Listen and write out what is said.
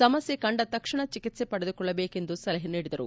ಸಮಸ್ಕೆ ಕಂಡ ತಕ್ಷಣ ಚಿಕಿತ್ಸೆ ಪಡೆದುಕೊಳ್ಳಬೇಕು ಎಂದು ಸಲಹೆ ನೀಡಿದರು